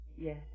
Yes